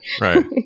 Right